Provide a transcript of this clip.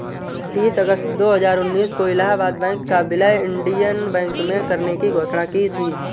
तीस अगस्त दो हजार उन्नीस को इलाहबाद बैंक का विलय इंडियन बैंक में करने की घोषणा की थी